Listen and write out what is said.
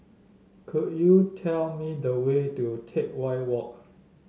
could you tell me the way to Teck Whye Walk